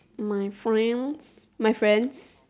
my friends my friends